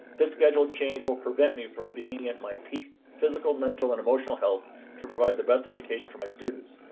this schedule change will prevent me from being at my peak physical, mental, and emotional health to provide the best education for my students.